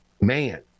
man